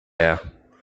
air